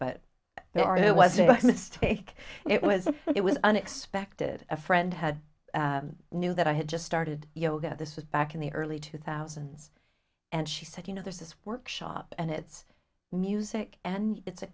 are it was a mistake it was a it was unexpected a friend had knew that i had just started yoga this was back in the early two thousand and she said you know there's this workshop and it's music and it's